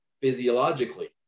physiologically